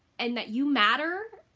and that you matter,